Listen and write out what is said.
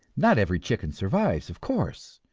not every chicken survives, of course,